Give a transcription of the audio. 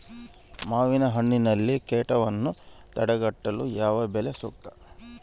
ಮಾವಿನಹಣ್ಣಿನಲ್ಲಿ ಕೇಟವನ್ನು ತಡೆಗಟ್ಟಲು ಯಾವ ಬಲೆ ಸೂಕ್ತ?